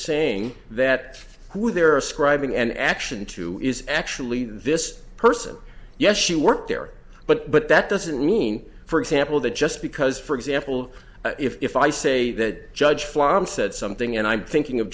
saying that who there are scribing and action to is actually this person yes she worked there but but that doesn't mean for example that just because for example if i say that judge flom said something and i'm thinking of